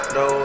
no